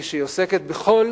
שהיא עוסקת בכל